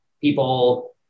people